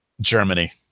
Germany